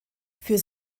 für